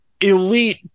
elite